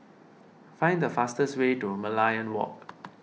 find the fastest way to Merlion Walk